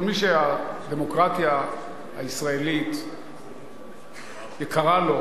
כל מי שהדמוקרטיה הישראלית יקרה לו,